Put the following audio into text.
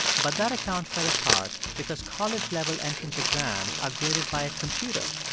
but that account fell apart because college-level entrance exams are graded by a computer,